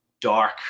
dark